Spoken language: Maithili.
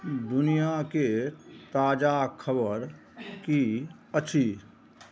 दुनियाके ताजा खबरि कि अछि